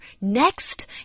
next